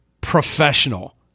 professional